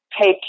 take